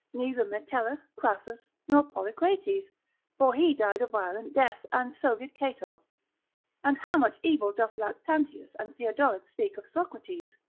neither metellus, crassus, nor polycrates, for he died a violent death, and so did cato and how much evil doth lactantius and theodoret speak of socrates,